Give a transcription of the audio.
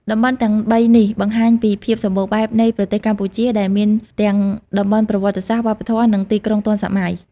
តំបន់ទាំងបីនេះបង្ហាញពីភាពសម្បូរបែបនៃប្រទេសកម្ពុជា ដែលមានទាំងតំបន់ប្រវត្តិសាស្ត្រ វប្បធម៌ និងទីក្រុងទាន់សម័យ។